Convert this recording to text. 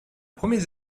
premiers